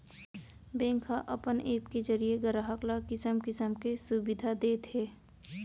bank ह अपन app के जरिये गराहक ल किसम किसम के सुबिधा देत हे